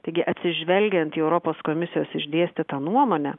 taigi atsižvelgiant į europos komisijos išdėstytą nuomonę